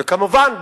וכמובן,